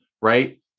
right